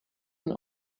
and